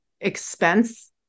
expense